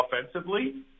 offensively